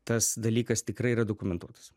tas dalykas tikrai yra dokumentuotas